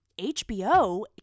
HBO